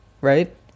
Right